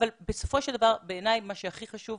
אבל בסופו של דבר בעיניי מה שהכי חשוב,